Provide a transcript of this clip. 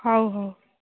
ହଉ ହଉ